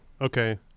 okay